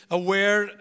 aware